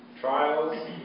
Trials